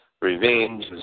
Revenge